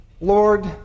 Lord